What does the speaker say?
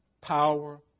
Power